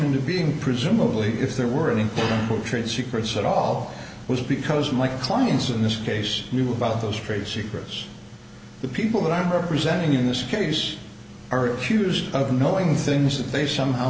into being presumably if there were any trade secrets at all was because my clients in this case you about those trade secrets the people that i'm representing in this case are accused of knowing things that they somehow